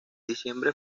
diciembre